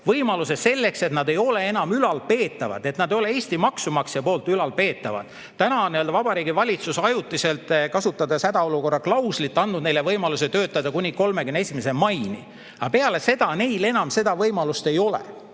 võimaluse selleks, et nad ei ole ülalpeetavad, et nad ei ole Eesti maksumaksja poolt ülalpeetavad. Täna on Vabariigi Valitsus ajutiselt, kasutades hädaolukorra klauslit, andnud neile võimaluse töötada kuni 31. maini, aga peale seda neil enam seda võimalust ei ole.